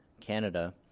Canada